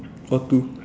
or two